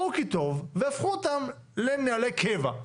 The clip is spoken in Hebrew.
אבל ראו כי טוב והפכו אותם לנהלי קבע.